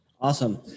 Awesome